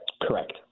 Correct